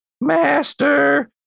master